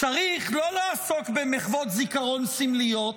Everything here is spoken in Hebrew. צריך לא לעסוק במחוות זיכרון סמליות,